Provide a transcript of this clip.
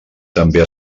també